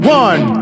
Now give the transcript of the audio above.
one